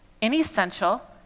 inessential